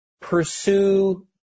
pursue